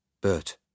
Bert